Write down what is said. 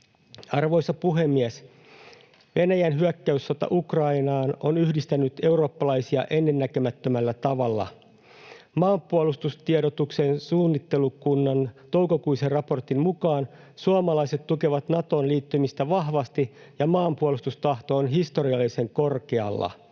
Arvoisa puhemies! Venäjän hyökkäyssota Ukrainaan on yhdistänyt eurooppalaisia ennennäkemättömällä tavalla. Maanpuolustustiedotuksen suunnittelukunnan toukokuisen raportin mukaan suomalaiset tukevat Natoon liittymistä vahvasti ja maanpuolustustahto on historiallisen korkealla.